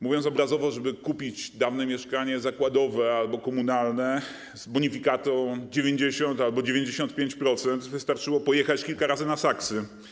Mówiąc obrazowo, żeby kupić dawne mieszkanie zakładowe albo komunalne z bonifikatą 90% albo 95%, wystarczyło pojechać kilka razy na saksy.